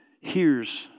hears